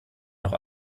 noch